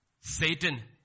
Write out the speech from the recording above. Satan